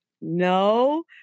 No